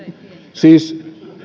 siis